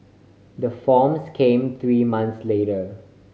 the forms came three months later